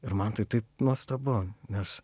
ir man tai taip nuostabu nes